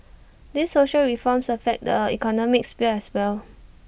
these social reforms affect the economic sphere as well